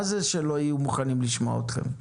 מה זה שלא יהיו מוכנים לשמוע אתכם?